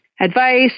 advice